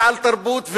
ועל תרבות,